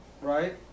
right